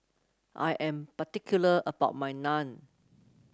I am particular about my Naan